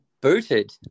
Booted